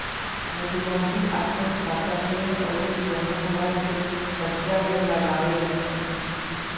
मधुमक्खी आपन छत्ता पेड़ अउरी पुराना घर के छज्जा में लगावे लिसन